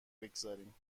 بگذاریم